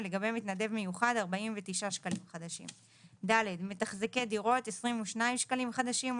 ולגבי מתנדב מיוחד - 49 שקלים חדשים; מתחזקי דירות - 22 שקלים חדשים,